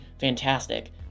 fantastic